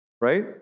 right